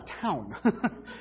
town